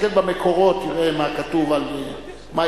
תסתכל במקורות תראה מה כתוב מה יסנוור,